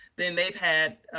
then they've had